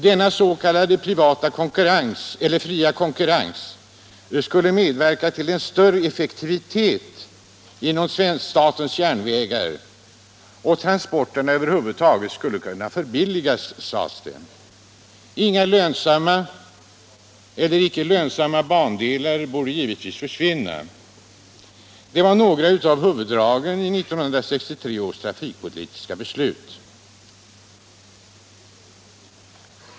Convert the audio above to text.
Denna s.k. fria konkurrens skulle medverka till en större effektivitet inom statens järnvägar. Transporter över huvud taget skulle kunna förbilligas, sades det. Icke lönsamma bandelar borde givetvis försvinna. Detta var de egentliga huvuddragen i 1963 års trafikpolitiska beslut.